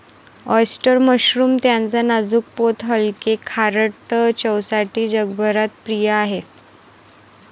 oyster mushroom त्याच्या नाजूक पोत हलके, खारट चवसाठी जगभरात प्रिय आहे